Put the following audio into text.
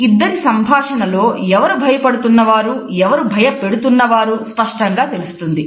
ఇద్దరి సంభాషణలో ఎవరు భయపడుతున్న వారు ఎవరు భయపెడుతున్న వారు స్పష్టంగా తెలుస్తోంది